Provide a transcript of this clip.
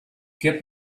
get